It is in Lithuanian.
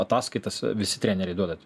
ataskaitas visi treneriai duoda